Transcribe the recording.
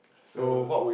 so